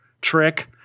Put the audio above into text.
trick